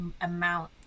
amount